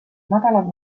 madalad